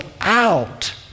out